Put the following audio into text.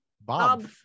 Bob